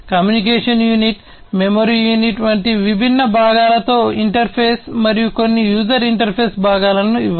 communication unit memory unit వంటి విభిన్న భాగాలతో ఇంటర్ఫేస్ మరియు కొన్ని యూజర్ ఇంటర్ఫేస్ భాగాలను ఇవ్వండి